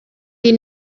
die